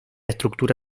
estructura